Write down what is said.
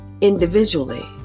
Individually